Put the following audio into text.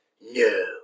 No